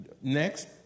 Next